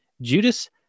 Judas